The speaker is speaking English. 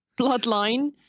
Bloodline